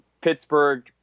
Pittsburgh